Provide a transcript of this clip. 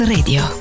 Radio